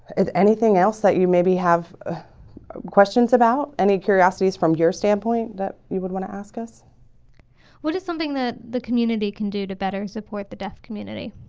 anything else that you maybe have questions about any curiosities from your standpoint that you would want to ask us what is something that the community can do to better support the deaf community?